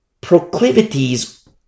proclivities